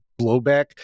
blowback